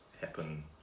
happen